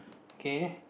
okay